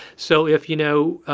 so if, you know,